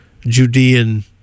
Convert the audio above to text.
Judean